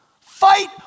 Fight